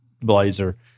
blazer